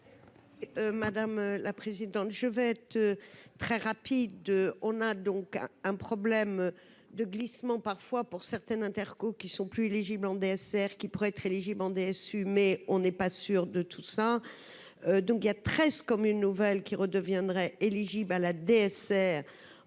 Madame la présidente, je vais être très rapide, on a donc un, un problème de glissements parfois pour certaines Interco, qui sont plus éligibles en DSR qui pourraient être léger bander assumer, on n'est pas sûr de tout ça, donc il y a 13 comme une nouvelle qui redeviendrait éligibles à la DSR